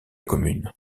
commune